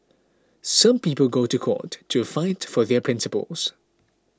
some people go to court to fight for their principles